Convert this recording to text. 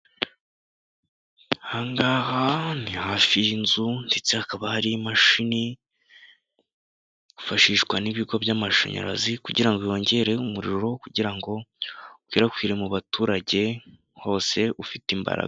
Aha ngaha ni hafi y'inzu ndetse hakaba hari imashini y'ifashishwa n'ibigo by'amashanyarazi kugira ngo yongere umuriro kugira ngo ukwirakwire mu baturage hose ufite imbaraga.